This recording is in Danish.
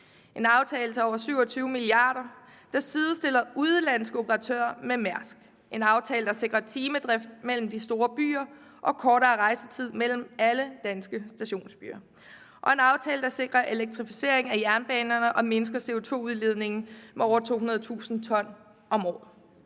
en aftale til over 27 mia. kr., der sidestiller udenlandske operatører med Mærsk. Det er en aftale, der sikrer timedrift mellem de store byer og kortere rejsetid mellem alle danske stationsbyer. Det er en aftale, som sikrer elektrificering af jernbanerne og mindsker CO2-udledningen med over 200.000 t om året.